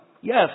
Yes